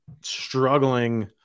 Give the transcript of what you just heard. struggling